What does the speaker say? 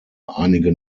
einige